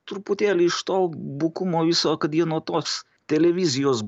truputėlį iš to bukumo viso kad jie nuo tos televizijos